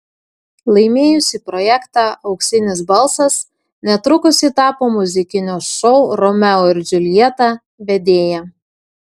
laimėjusi projektą auksinis balsas netrukus ji tapo muzikinio šou romeo ir džiuljeta vedėja